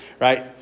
Right